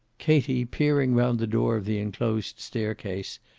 katie, peering round the door of the enclosed staircase,